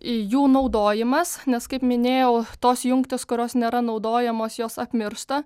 jų naudojimas nes kaip minėjau tos jungtys kurios nėra naudojamos jos apmiršta